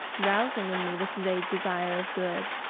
rousing in me this vague desire of good.